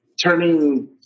turning